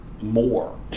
More